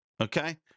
okay